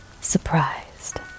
surprised